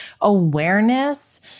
awareness